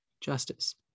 justice